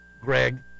Greg